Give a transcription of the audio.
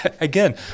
again